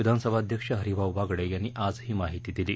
विधानसभा अध्यक्ष हरीभाऊ बागडे यांनी आज ही माहिती दिली